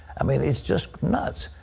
i mean is just nuts.